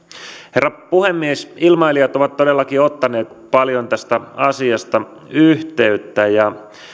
herra puhemies ilmailijat ovat todellakin ottaneet paljon tästä asiasta yhteyttä ja